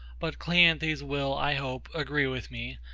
but cleanthes will, i hope, agree with me,